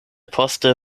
poste